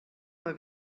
mal